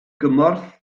gymorth